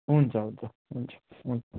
हुन्छ हुन्छ हुन्छ